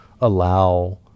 allow